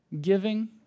giving